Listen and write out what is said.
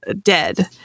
dead